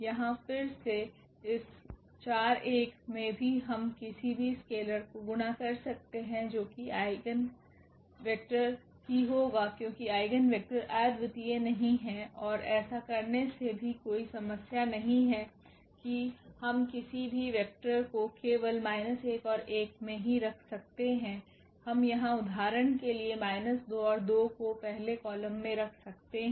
यहाँ फिर से इस 41𝑇 मे भी हम किसी भी स्केलर् को गुणा कर सकते हैं जो कि आइगेन वेक्टर ही होगा क्योंकि आइगेन वेक्टर अद्वितीय नहीं हैं और ऐसा करने से भी कोई समस्या नहीं है कि हम किसी भी वेक्टर को केवल −1 और 1 में ही रख सकते हैं हम यहां उदाहरण के लिए 2 और 2 को पहले कॉलम में रख सकते हैं